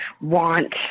want